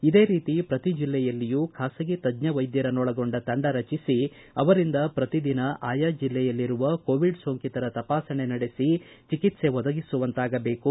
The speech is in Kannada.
ಇದೇ ರೀತಿ ಪ್ರತಿ ಜಿಲ್ಲೆಯಲ್ಲಿಯೂ ಖಾಸಗಿ ತಜ್ಞ ವೈದ್ಯರನ್ನೊಳಗೊಂಡ ತಂಡ ರಚಿಸಿ ಅವರಿಂದ ಪ್ರತಿದಿನ ಅಯಾ ಜಿಲ್ಲೆಯಲ್ಲಿರುವ ಕೋವಿಡ್ ಸೋಂಕಿತರ ತಪಾಸಣೆ ನಡೆಸಿ ಚಿಕಿತ್ಸೆ ಒದಗಿಸುವಂತಾಗಬೇಕು